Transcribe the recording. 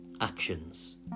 actions